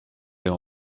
est